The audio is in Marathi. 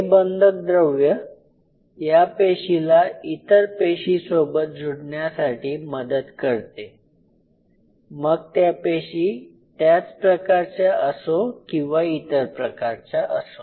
हे बंधक द्रव्य या पेशी ला इतर पेशी सोबत जुडण्यासाठी मदत करते मग त्या इतर पेशी त्याच प्रकारच्या असो किंवा इतर प्रकारच्या असो